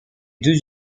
deux